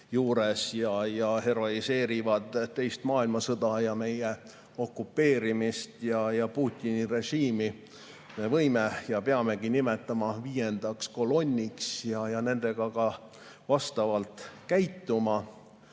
juures ja heroiseerivad teist maailmasõda ja meie okupeerimist ja Putini režiimi, nimetada ja peamegi nimetama viiendaks kolonniks ja nendega ka vastavalt käituma. Aga